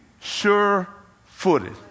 sure-footed